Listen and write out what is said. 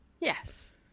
yes